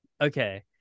Okay